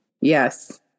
Yes